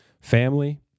family